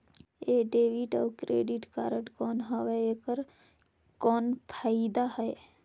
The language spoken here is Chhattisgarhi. ये डेबिट अउ क्रेडिट कारड कौन हवे एकर कौन फाइदा हे?